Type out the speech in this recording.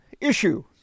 issue